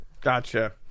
gotcha